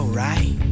right